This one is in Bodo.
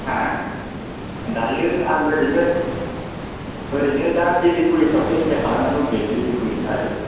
हा दायो आं ओरैनो ओरैनो दा दिल्ली पुलिसआवसो एप्लाइ खालामनानै दंथ'यो दिल्ली पुलिस आरो